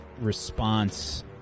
response